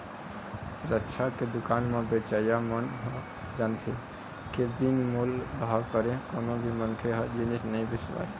रद्दा के दुकान म बेचइया मन ह जानथे के बिन मोल भाव करे कोनो भी मनखे ह जिनिस नइ बिसावय